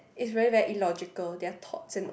it's very very illogical their thoughts and all